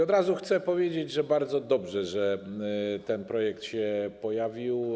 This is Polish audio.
Od razu chcę powiedzieć, że bardzo dobrze, że ten projekt się pojawił.